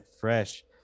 Fresh